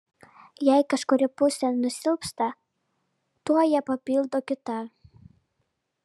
jei kažkuri pusė nusilpsta tuoj ją papildo kita